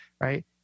right